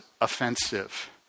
offensive